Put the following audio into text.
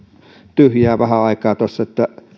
tyhjää vähän aikaa tuossa